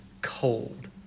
Cold